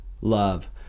love